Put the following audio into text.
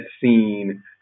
scene